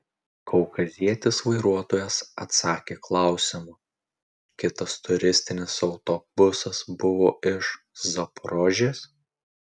kaukazietis vairuotojas atsakė klausimu kitas turistinis autobusas buvo iš zaporožės